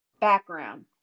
background